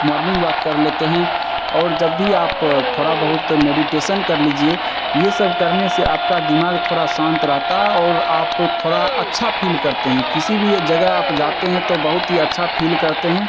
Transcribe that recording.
morning walk कर लेते हैं और जब भी आप थोड़ा बहुत मेडिटेशन कर लीजिए यह सब करने से आपका दिमाग थोड़ा शांत रहता है और आप थोड़ा अच्छा फील करते हैं किसी भी जगह आप जाते हैं तो बहुत ही अच्छा फील करते हैं